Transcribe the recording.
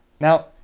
Now